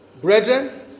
Brethren